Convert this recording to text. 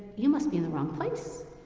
you must be in the wrong place.